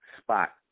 spot